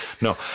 No